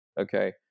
Okay